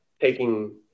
taking